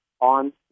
on